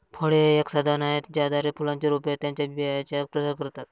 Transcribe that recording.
फळे हे एक साधन आहे ज्याद्वारे फुलांची रोपे त्यांच्या बियांचा प्रसार करतात